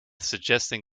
suggesting